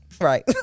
Right